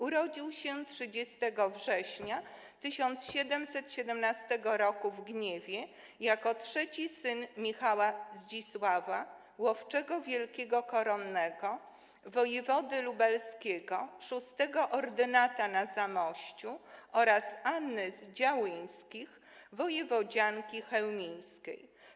Urodził się 30 września 1717 r. w Gniewie jako trzeci syn Michała Zdzisława, łowczego wielkiego koronnego, wojewody lubelskiego, szóstego ordynata Zamościa oraz Anny z Działyńskich, wojewodzianki chełmińskiej.